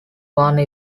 one